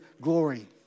glory